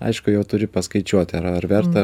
aišku jau turi paskaičiuoti ar ar verta